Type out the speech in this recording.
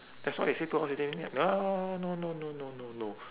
that's what they say two hours fifteen minutes [what] oh no no no no no no